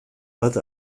bat